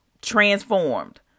transformed